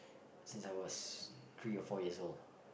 since I was three or four years old